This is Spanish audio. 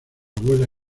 abuela